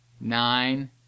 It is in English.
nine